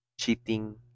cheating